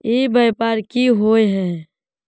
ई व्यापार की होय है?